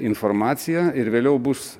informaciją ir vėliau bus